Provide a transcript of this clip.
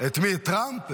את טראמפ?